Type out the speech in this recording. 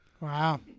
Wow